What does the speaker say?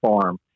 farm